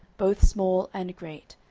both small and great,